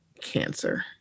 cancer